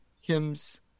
hymns